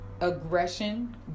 aggression